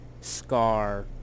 scar